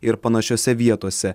ir panašiose vietose